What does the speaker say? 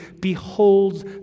beholds